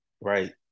right